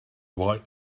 why